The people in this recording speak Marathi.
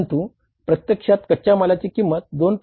परंतु प्रत्यक्षात कच्च्या मालाची किंमत 2